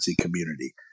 community